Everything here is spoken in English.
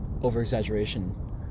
over-exaggeration